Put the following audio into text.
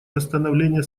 восстановления